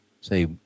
say